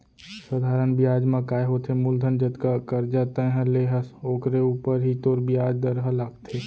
सधारन बियाज म काय होथे मूलधन जतका करजा तैंहर ले हस ओकरे ऊपर ही तोर बियाज दर ह लागथे